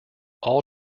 all